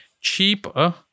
cheaper